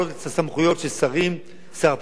שר הפנים היום, במפלגה כזאת או ממפלגה אחרת,